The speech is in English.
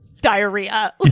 diarrhea